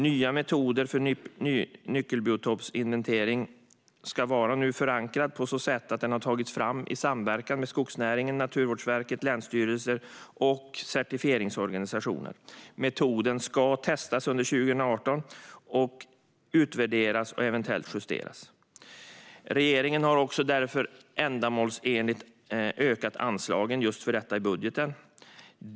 Nya metoder för nyckelbiotopsinventering ska nu vara förankrade på så sätt att de har tagits fram i samverkan med skogsnäringen, Naturvårdsverket, länsstyrelser och certifieringsorganisationer. Metoderna ska testas under 2018 och därefter utvärderas och eventuellt justeras. Regeringen har därför ändamålsenligt ökat anslagen just för detta i budgeten.